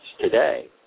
today